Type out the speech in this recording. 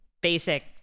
basic